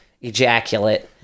ejaculate